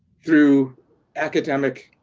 through academic,